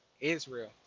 Israel